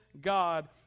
God